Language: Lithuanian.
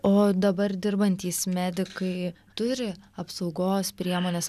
o dabar dirbantys medikai turi apsaugos priemones